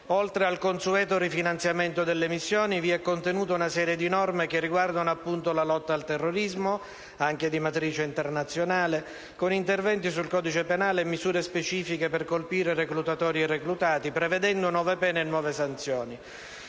Oltre al consueto rifinanziamento delle missioni, vi è contenuta una serie di norme che riguardano appunto la lotta al terrorismo, anche di matrice internazionale, con interventi sul codice penale e misure specifiche per colpire reclutatori e reclutati, prevedendo nuove pene e nuove sanzioni.